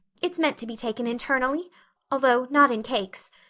it's meant to be taken internally although not in cakes.